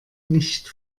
nicht